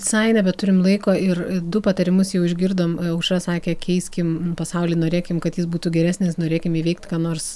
visai nebeturim laiko ir du patarimus jau išgirdom aušra sakė keiskime pasaulį norėkim kad jis būtų geresnis norėkim įveikti ką nors